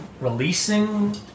releasing